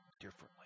differently